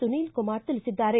ಸುನೀಲ್ ಕುಮಾರ್ ತಿಳಿಸಿದ್ದಾರೆ